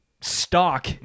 stock